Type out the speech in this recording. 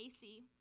AC